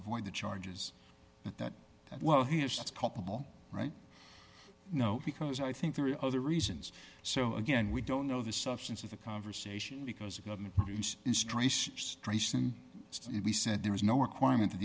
avoid the charges that well he just culpable right no because i think there are other reasons so again we don't know the substance of the conversation because the government strays and we said there is no requirement that